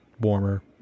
warmer